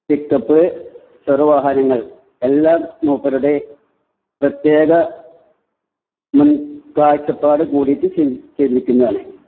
പിക്ക് up ചെറുവാഹനങ്ങള് എല്ലാം മൂപ്പരുടെ പ്രത്യേക മുൻ കാഴ്ച്ചപ്പാട് കൂടിയിട്ട് ചെയ്തിരിക്കുന്നതാണ്